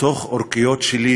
התוך-עורקיות שלי,